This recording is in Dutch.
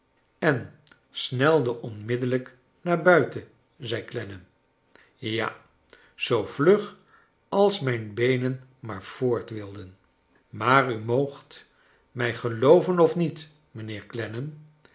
en snelde onmiddellijk naar buiten zei clennam ja zoo vlug als mijn beenen maar voort wilden maar u moogt mij gelooven of niet